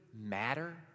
matter